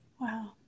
Wow